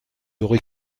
aurait